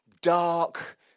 dark